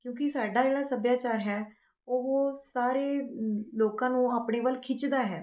ਕਿਉਂਕਿ ਸਾਡਾ ਜਿਹੜਾ ਸੱਭਿਆਚਾਰ ਹੈ ਉਹ ਸਾਰੇ ਲੋਕਾਂ ਨੂੰ ਆਪਣੇ ਵੱਲ ਖਿੱਚਦਾ ਹੈ